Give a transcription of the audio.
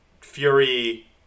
Fury